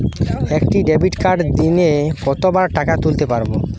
একটি ডেবিটকার্ড দিনে কতবার টাকা তুলতে পারব?